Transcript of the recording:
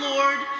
Lord